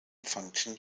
function